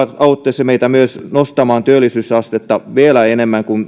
auttaisi meitä myös nostamaan työllisyysastetta vielä enemmän kuin